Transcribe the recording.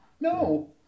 No